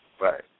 Right